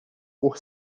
por